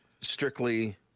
strictly